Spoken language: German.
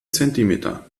zentimeter